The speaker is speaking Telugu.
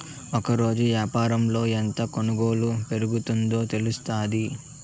ఒకరోజు యాపారంలో ఎంత కొనుగోలు పెరిగిందో తెలుత్తాది